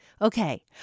Okay